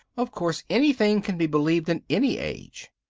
of course, anything can be believed in any age.